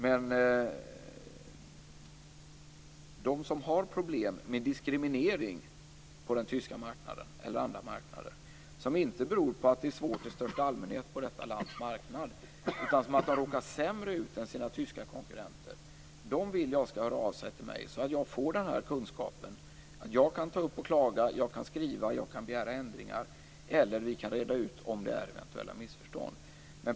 Men de som har problem med diskriminering på den tyska marknaden, eller andra marknader, som inte beror på att det är svårt i största allmänhet på detta lands marknad utan som beror på att de har råkat sämre ut än sina tyska konkurrenter vill jag skall höra av sig till mig så att jag får den kunskapen. Då kan jag ta upp frågan och klaga, jag kan skriva och begära ändringar eller vi kan reda ut om det är eventuella missförstånd.